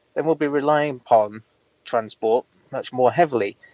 then we'll be relying upon transport much more heavily.